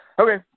Okay